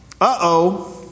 Uh-oh